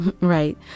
Right